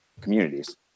communities